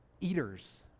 eaters